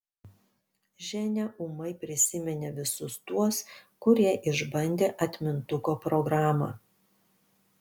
ženia ūmai prisiminė visus tuos kurie išbandė atmintuko programą